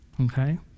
Okay